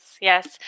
yes